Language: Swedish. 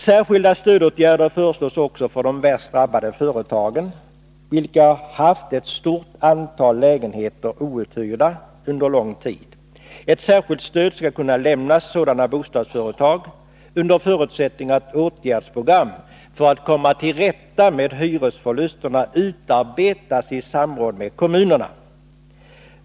Särskilda stödåtgärder föreslås också för de värst drabbade företagen, vilka haft ett stort antal lägenheter outhyrda under lång tid. Ett särskilt stöd skall kunna lämnas till sådana bostadsföretag under förutsättning att åtgärdsprogram för att komma till rätta med hyresförlusterna utarbetas i samråd med kommunerna.